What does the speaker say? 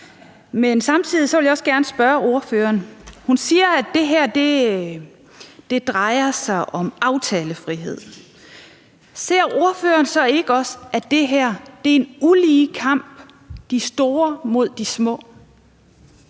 Men samtidig vil jeg også gerne spørge ordføreren, når hun siger, at det her drejer sig om aftalefrihed: Ser ordføreren så ikke også, at det her er en ulige kamp – de store mod de små?